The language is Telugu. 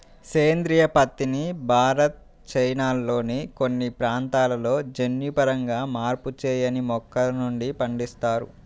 సేంద్రీయ పత్తిని భారత్, చైనాల్లోని కొన్ని ప్రాంతాలలో జన్యుపరంగా మార్పు చేయని మొక్కల నుండి పండిస్తారు